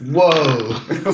Whoa